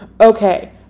Okay